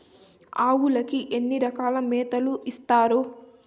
ఆవులకి ఎన్ని రకాల మేతలు ఇస్తారు?